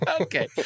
okay